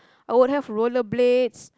I would have roller blades